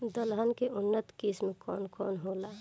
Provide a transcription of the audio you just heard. दलहन के उन्नत किस्म कौन कौनहोला?